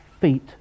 feet